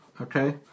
Okay